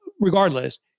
regardless